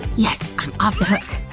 yes! i'm off the hook!